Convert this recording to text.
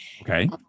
Okay